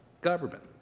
government